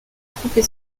troupes